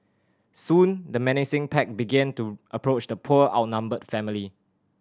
soon the menacing pack began to approach the poor outnumbered family